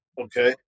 Okay